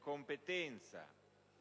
competenza